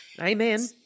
Amen